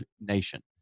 nation